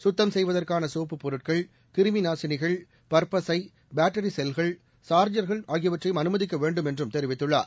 சுத்தம் செய்வதற்கானசோப்பு பொருட்கள் கிருமிநாசினிகள் பற்பசை பேட்டரிசெல்கள் சார்ஜர்கள் ஆகியவற்றையும் அனுமதிக்கவேண்டும் என்றும் தெரிவித்துள்ளார்